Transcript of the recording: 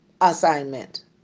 Assignment